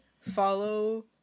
follow